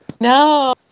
No